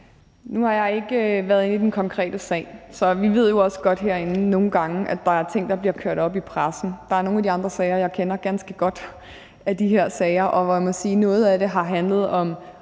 Nu har jeg ikke været inde i den konkrete sag, og vi ved jo også godt herinde, at der nogle gange er ting, der bliver kørt op i pressen. Der er nogle af de andre sager, jeg kender ganske godt, og hvor jeg må sige, at noget af det har handlet om